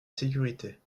sécurité